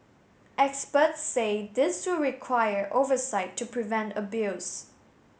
experts say this will require oversight to prevent abuse